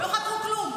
לא חקרו כלום.